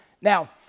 Now